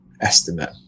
estimate